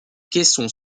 caisson